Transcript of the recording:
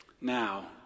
Now